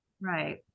right